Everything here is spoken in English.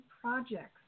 projects